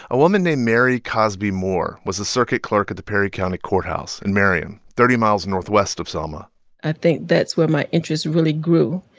a woman named mary cosby moore was the circuit clerk at the perry county courthouse in marion, thirty miles northwest of selma i think that's where my interest really grew,